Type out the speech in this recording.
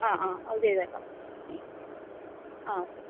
ആ ആ അത് ചെയ്തേക്കാം മ് മ് ആ